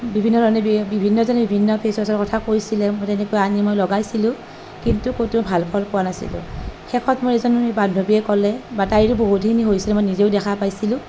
বিভিন্ন ধৰণে বিভিন্নজনে বিভিন্ন ফেছ ৱাছৰ কথা কৈছিলে তেনেকুৱা আনি মই লগাইছিলোঁ কিন্তু ক'তো ভাল ফল পোৱা নাছিলোঁ শেষত মোৰ এজনী বান্ধৱীয়ে ক'লে তাইৰো বহুখিনি হৈছিলে মই নিজেও দেখা পাইছিলোঁ